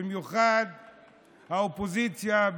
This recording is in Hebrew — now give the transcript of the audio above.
במיוחד האופוזיציה,